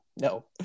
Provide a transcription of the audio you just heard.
No